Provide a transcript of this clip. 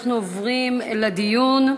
אנחנו עוברים לדיון.